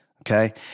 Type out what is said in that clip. okay